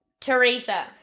Teresa